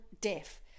deaf